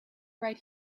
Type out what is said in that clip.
right